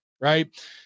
right